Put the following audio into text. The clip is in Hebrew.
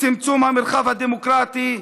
צמצום המרחב הדמוקרטי,